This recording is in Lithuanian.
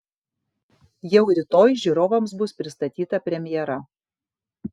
jau rytoj žiūrovams bus pristatyta premjera